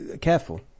careful